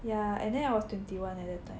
ya and then I was twenty one at that time